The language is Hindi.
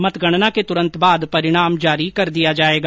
मतगणना के तुरंत बाद परिणाम जारी कर दिया जायेगा